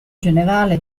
generale